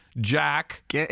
Jack